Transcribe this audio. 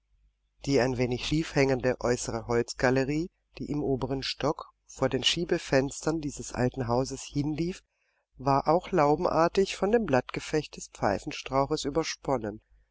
die ein wenig schief hängende äußere holzgalerie die im oberen stock vor den schiebefenstern dieses alten hauses hinlief war auch laubenartig von dem blattgeflecht des pfeifenstrauches übersponnen